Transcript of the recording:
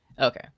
Okay